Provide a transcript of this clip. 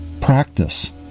practice